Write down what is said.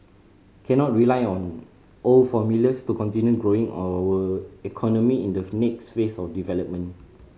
cannot rely on old formulas to continue growing our economy in the next phase of development